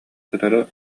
кытары